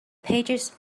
pages